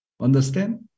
Understand